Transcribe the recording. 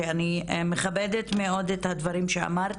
שאני מכבדת מאוד את הדברים שאמרת,